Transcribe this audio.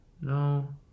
no